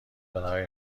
برای